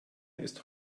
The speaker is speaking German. ist